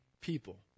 people